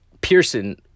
Pearson